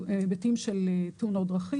וכבר מכניסים עוד פגיעה שלא תיתן לנו להתקיים יותר.